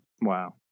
Wow